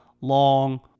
long